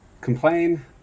complain